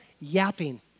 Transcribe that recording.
yapping